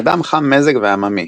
אדם חם מזג ועממי.